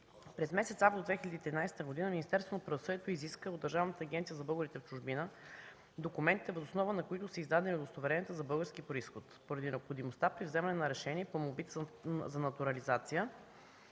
През месец август 2013 г. Министерството на правосъдието изиска от Държавната агенция за българите в чужбина документите, въз основа на които са издадени удостоверенията за български произход, поради необходимостта при вземане на решение по молбите за натурализация